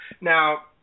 Now